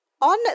On